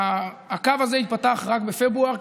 הקו הזה ייפתח רק בפברואר,